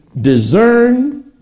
discern